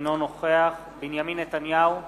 אינו נוכח בנימין נתניהו,